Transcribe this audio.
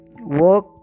Work